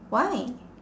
why